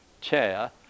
chair